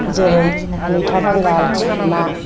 जेरै मैथा बांगाल ना